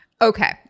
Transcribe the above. Okay